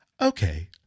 Okay